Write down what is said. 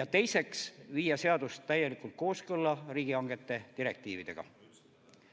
ja teiseks, viia seadus täielikult kooskõlla riigihangete direktiividega.